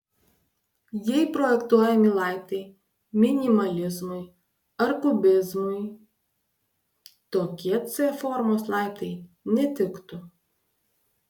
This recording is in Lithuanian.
jei projektuojami laiptai minimalizmui ar kubizmui tokie c formos laiptai netiktų